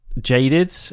jaded